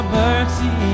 mercy